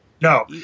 No